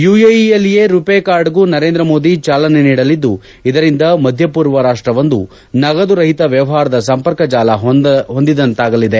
ಯುಎಇಯಲ್ಲಿಯೇ ರುಪೇ ಕಾರ್ಡ್ಗೂ ನರೇಂದ್ರ ಮೋದಿ ಚಾಲನೆ ನೀಡಲಿದ್ದು ಇದರಿಂದ ಮಧ್ಯ ಪೂರ್ವ ರಾಷ್ಲವೊಂದು ನಗದು ರಹಿತ ವ್ಯವಹಾರದ ಸಂಪರ್ಕ ಜಾಲ ಹೊಂದಿದಂತಾಗಲಿದೆ